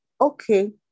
Okay